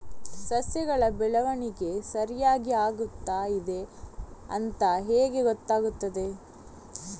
ಸಸ್ಯಗಳ ಬೆಳವಣಿಗೆ ಸರಿಯಾಗಿ ಆಗುತ್ತಾ ಇದೆ ಅಂತ ಹೇಗೆ ಗೊತ್ತಾಗುತ್ತದೆ?